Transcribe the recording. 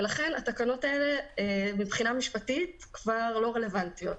ולכן התקנות האלה מבחינה משפטית כבר לא רלוונטיות.